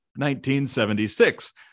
1976